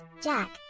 Jack